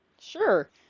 sure